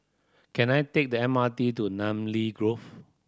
can I take the M R T to Namly Grove